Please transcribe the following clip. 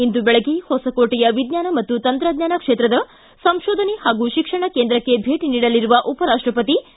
ಇಂದು ಬೆಳಗ್ಗೆ ಹೊಸಕೋಟೆಯ ವಿಜ್ಞಾನ ಮತ್ತು ತಂತ್ರಜ್ಞಾನ ಕ್ಷೇತ್ರದ ಸಂಕೋಧನೆ ಹಾಗೂ ಶಿಕ್ಷಣ ಕೇಂದ್ರಕ್ಕೆ ಭೇಟ ನೀಡಲಿರುವ ಉಪರಾಷ್ಟಪತಿ ಎಂ